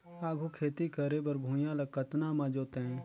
आघु खेती करे बर भुइयां ल कतना म जोतेयं?